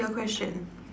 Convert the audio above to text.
your question